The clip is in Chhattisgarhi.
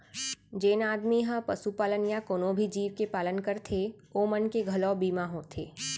जेन आदमी ह पसुपालन या कोनों भी जीव के पालन करथे ओ मन के घलौ बीमा होथे